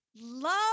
love